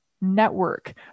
network